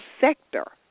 sector